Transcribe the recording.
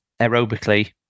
aerobically